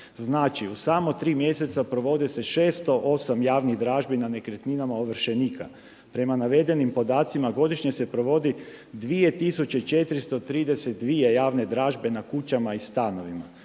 Znači u samo 3 mjeseca provodi se 608 javnih dražbi na nekretninama ovršenika. Prema navedenim podacima godišnje se provodi 2432 javne dražbe na kućama i stanovima.